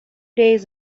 days